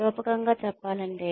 రూపకం గా చెప్పాలంటే